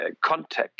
contact